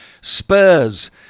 Spurs